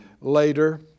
later